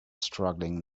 struggling